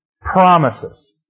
promises